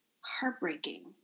heartbreaking